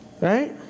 Right